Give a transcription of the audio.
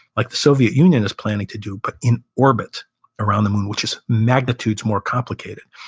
like the soviet union is planning to do, but in orbit around the moon, which is magnitudes more complicated